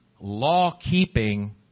law-keeping